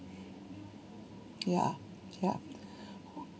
ya ya